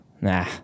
nah